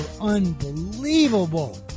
unbelievable